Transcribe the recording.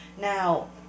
Now